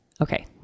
Okay